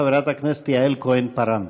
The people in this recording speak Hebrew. חברת הכנסת יעל כהן-פארן.